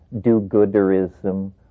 do-gooderism